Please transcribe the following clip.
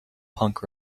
punk